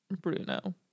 Bruno